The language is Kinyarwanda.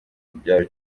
ibyaro